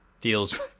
Deals